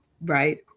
right